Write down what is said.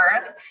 earth